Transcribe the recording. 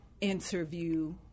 interview